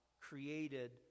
created